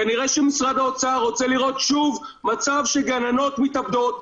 כנראה שמשרד האוצר רוצה לראות שוב מצב שגננות מתאבדות.